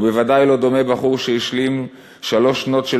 ובוודאי לא דומה בחור שהשלים שלוש שנות של